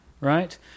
right